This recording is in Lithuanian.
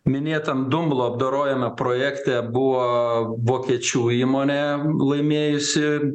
minėtam dumblo apdorojimo projekte buvo vokiečių įmonė laimėjusi